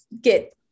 get